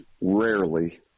rarely